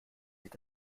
sich